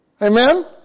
Amen